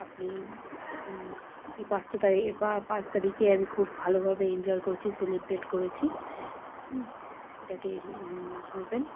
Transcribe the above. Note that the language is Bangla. আপনি এই পাঁচটা তারিখ পা পাঁচ তারিখে আমি খুব ভালোভাবে এনজয় করেছি সেলিব্রেট করেছি হু এটাকে করবেন